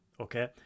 okay